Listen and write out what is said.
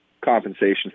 compensation